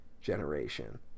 generation